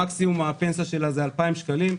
מקסימום הפנסיה שלה הוא 2,000 שקלים.